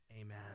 Amen